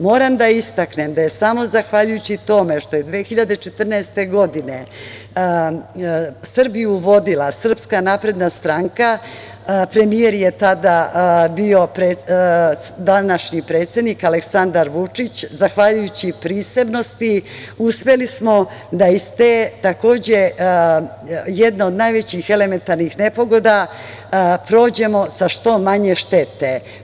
Moram da istaknem da je samo zahvaljujući tome što je 2014. godine Srbiju vodila SNS, premijer je tada bio današnji predsednik Aleksandar Vučić, zahvaljujući prisebnosti uspeli smo da iz jedne od najvećih elementarnih nepogoda prođemo sa što manje štete.